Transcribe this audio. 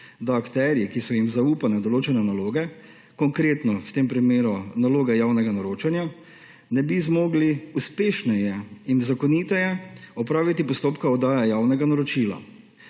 da akterji, ki so jim zaupane določene naloge, konkretno v tem primeru naloga javnega naročanja, ne bi zmogli uspešneje in zakonito opraviti postopka oddaje javnega naročila,